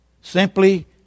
Simply